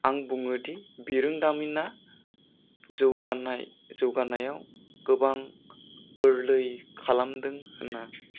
आं बुङोदि बिरोंदामिना जौगानाय जौगानायाव गोबां गोरलै खालामदों होनना